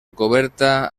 coberta